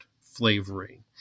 flavoring